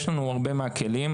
יש לנו הרבה מהכלים.